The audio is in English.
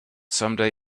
someday